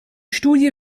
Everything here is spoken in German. studie